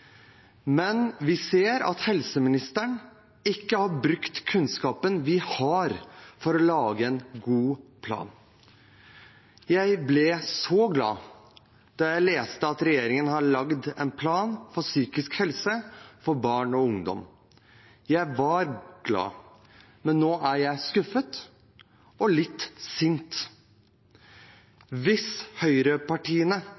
Men vi ser at helseministeren ikke har brukt kunnskapen vi har, for å lage en god plan. Jeg ble så glad da jeg leste at regjeringen har laget en plan for psykisk helse for barn og ungdom. Jeg var glad, men nå er jeg skuffet – og litt